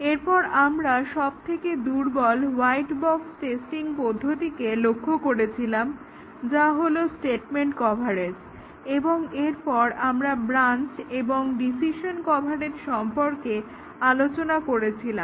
এরপর আমরা সব থেকে দুর্বল হোয়াইট বক্স টেস্টিং পদ্ধতিকে লক্ষ্য করেছিলাম যা হলো স্টেটমেন্ট কভারেজ এবং এরপর আমরা ব্রাঞ্চ বা ডিসিশন কভারেজ সম্পর্কে আলোচনা করেছিলাম